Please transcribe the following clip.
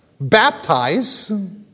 Baptize